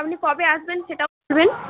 আপনি কবে আসবেন সেটা বলবেন